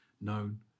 known